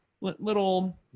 little